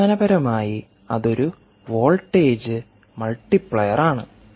അടിസ്ഥാനപരമായി അത് ഒരു വോൾട്ടേജ് മൾട്ടിപ്ളയർ ആണ്